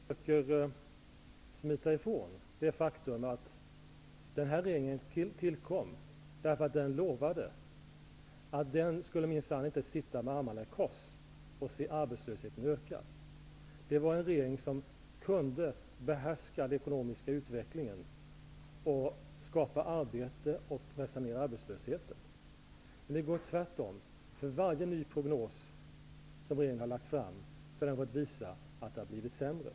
Fru talman! Finansministern försöker smita ifrån det faktum att regeringen tillkom därför att den lovade att minsann inte sitta med armarna i kors och se arbetslösheten öka. Det skulle bli en regering som kunde behärska den ekonomiska utvecklingen, skapa arbeten och pressa ned arbetslösheten. Det har blivit tvärtom. Varje ny prognos som regeringen har lagt fram har visat att det har blivit sämre.